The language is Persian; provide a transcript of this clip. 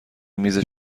میز